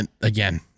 again